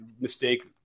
mistake